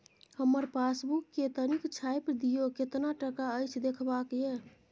हमर पासबुक के तनिक छाय्प दियो, केतना टका अछि देखबाक ये?